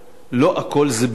לא הכול זה בינוי.